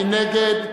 מי נגד?